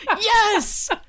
yes